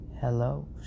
Hello